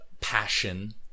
passion